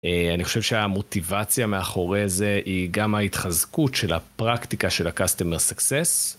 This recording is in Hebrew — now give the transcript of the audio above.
אה..אני חושב שהמוטיבציה מאחורי זה היא גם ההתחזקות של הפרקטיקה של ה-Customer Success.